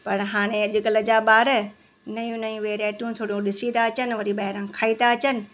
पर हाणे अॼुकल्ह जा ॿार नयूं नयूं वैरायटियूं थोरियूं ॾिसी था अचनि वरी ॿाहिरां खाई था अचनि